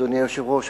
אדוני היושב-ראש,